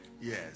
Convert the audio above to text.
Yes